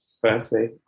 firstly